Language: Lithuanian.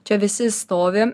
čia visi stovi